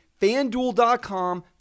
FanDuel.com